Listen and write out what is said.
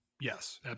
Yes